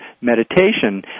meditation